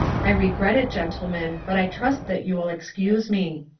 i regret it, gentlemen, but i trust that you will excuse me.